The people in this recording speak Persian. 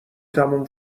تموم